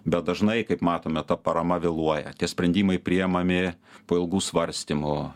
bet dažnai kaip matome ta parama vėluoja tie sprendimai priimami po ilgų svarstymų